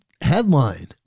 Headline